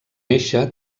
néixer